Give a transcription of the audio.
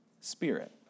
spirit